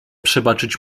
przebaczyć